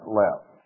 left